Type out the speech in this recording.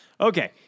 Okay